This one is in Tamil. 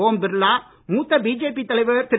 ஓம் பிர்லா மூத்த பிஜேபி தலைவர் திரு